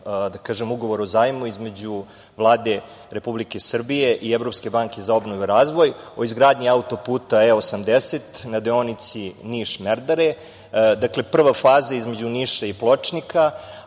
ugovora o zajmu između Vlade Republike Srbije i Evropske banke za obnovu i razvoj o izgradnji autoputa E-80 na deonici Niš-Merdare. Dakle, prva faza između Niša i Pločnika,